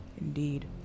Indeed